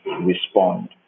respond